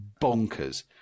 bonkers